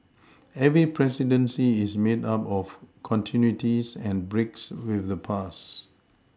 every presidency is made up of continuities and breaks with the past